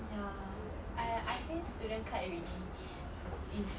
ya I I feel student really is